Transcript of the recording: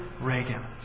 Reagan